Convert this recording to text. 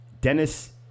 Dennis